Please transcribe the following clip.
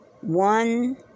one